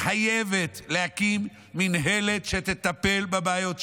להקים מינהלת שתטפל בבעיות שלהם.